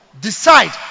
decide